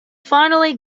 finally